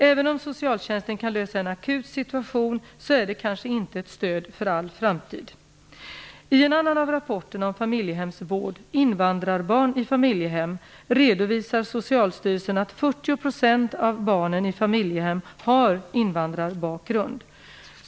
Även om socialtjänsten kan lösa en akut situation så är det kanske inte ett stöd för all framtid. Invandrarbarn i familjehem , redovisar Socialstyrelsen att 40 % av barnen i familjehem har invandrarbakgrund.